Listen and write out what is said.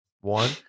one